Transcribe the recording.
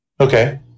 Okay